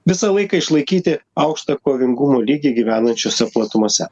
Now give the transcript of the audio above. visą laiką išlaikyti aukštą kovingumo lygį gyvenant šiose platumose